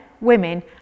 women